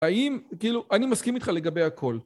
האם כאילו אני מסכים איתך לגבי הכל